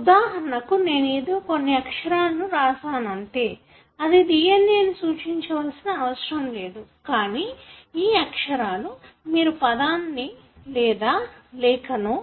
ఉదాహరణకు నేను ఏదో కొన్ని అక్షరాలను రాశాను అంతే అది DNA ను సూచించవలసిన అవసరం లేదు కానీ ఈ అక్షరాలతో మీరు పదాన్ని లేదాలేక లేఖ నో